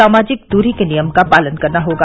सामाजिक दूरी के नियम का पालन करना होगा